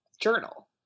journal